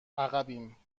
عقبیم